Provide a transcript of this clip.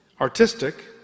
Artistic